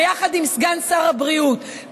ביחד עם סגן שר הבריאות,